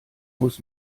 muss